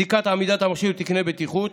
בדיקת עמידת המכשיר בתקני בטיחות,